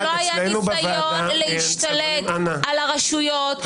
שלא היה ניסיון להשתלט על הרשויות,